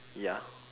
ya